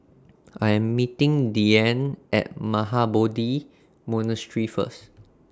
I Am meeting Diann At Mahabodhi Monastery First